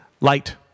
light